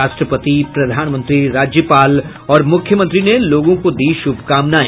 राष्ट्रपति प्रधानमंत्री राज्यपाल और मुख्यमंत्री ने लोगों को दीं शुभकामनाएं